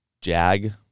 Jag